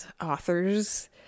authors